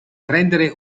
prendere